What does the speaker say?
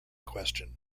question